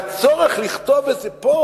הצורך לכתוב את זה פה